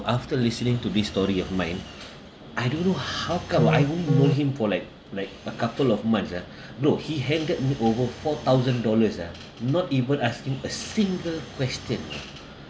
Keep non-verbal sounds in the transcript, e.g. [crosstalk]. after listening to this story of mine I don't know how come I only know him for like like a couple of months ah [breath] bro he handed me over four thousand dollars ah not even asking a single question you know